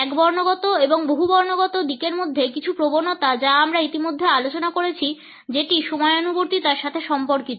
একবর্ণগত এবং বহুবর্ণগত দিকের মধ্যে কিছু প্রবণতা যা আমরা ইতিমধ্যে আলোচনা করেছি যেটি সময়ানুবর্তিতার সাথে সম্পর্কিত